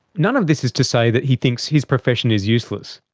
none of this is to say that he thinks his profession is useless.